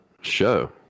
show